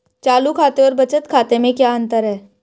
चालू खाते और बचत खाते में क्या अंतर है?